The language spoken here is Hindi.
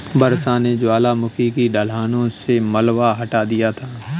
वर्षा ने ज्वालामुखी की ढलानों से मलबा हटा दिया था